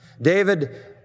David